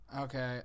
Okay